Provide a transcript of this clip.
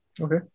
Okay